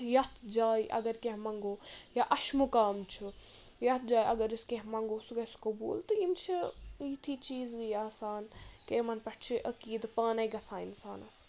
یَتھ جایہِ اگر کینٛہہ منٛگو یا اَشمُکام چھُ یَتھ جایہِ اَگَر أسۍ کینٛہہ منٛگو سُہ گَژھِ قبوٗل تہٕ یِم چھِ یِتھٕے چیٖز آسان کہِ یِمَن پؠٹھ چھُ عقیٖد پانَے گژھان اِنسانَس